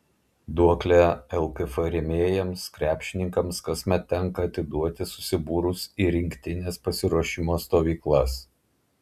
duoklę lkf rėmėjams krepšininkams kasmet tenka atiduoti susibūrus į rinktinės pasiruošimo stovyklas